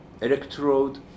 electrode